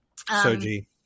Soji